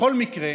בכל מקרה,